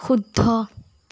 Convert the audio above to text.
শুদ্ধ